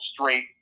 straight